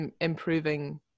improving